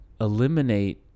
eliminate